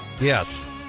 yes